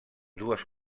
dues